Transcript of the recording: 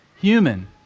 human